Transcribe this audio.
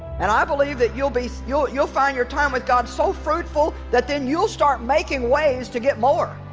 and i believe that you'll be you'll you'll find your time with god so fruitful that then you'll start making ways to get more